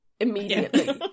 immediately